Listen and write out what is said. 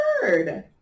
bird